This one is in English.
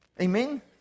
Amen